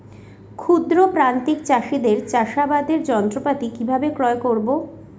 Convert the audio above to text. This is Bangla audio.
ক্ষুদ্র প্রান্তিক চাষীদের চাষাবাদের যন্ত্রপাতি কিভাবে ক্রয় করব?